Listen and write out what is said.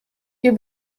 wir